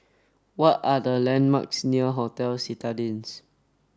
what are the landmarks near Hotel Citadines